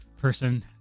person